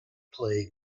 play